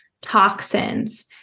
toxins